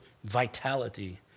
vitality